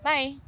Bye